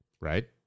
Right